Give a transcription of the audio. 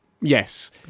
Yes